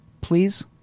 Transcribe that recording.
please